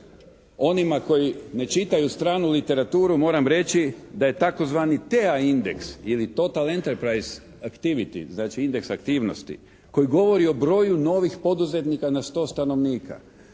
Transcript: onima koji ne čitaju stranu literaturu, moram reći da je tzv. TA indeks ili total enter prices activites, znači indeks aktivnosti koji govori o broju novih poduzetnika na 100 stanovnika.